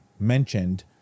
Mentioned